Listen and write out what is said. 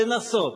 לנסות,